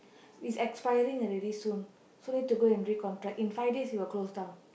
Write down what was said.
it's expiring already soon so need to go to recontract in five days it will close down